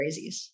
crazies